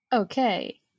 Okay